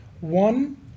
One